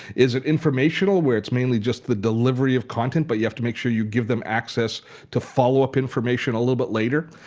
is it informational where it's mainly just the delivery of content but you have to make sure you give them access to follow-up information a little bit later?